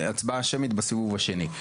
הצבעה שמית בסיבוב השני.